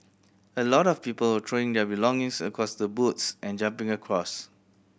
a lot of people were throwing their belongings across the boats and jumping across